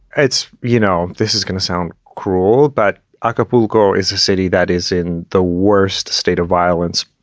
it's you know, this is gonna sound cruel. but acapulco is a city that is in the worst state of violence,